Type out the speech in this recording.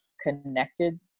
connected